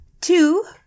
Two